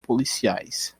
policiais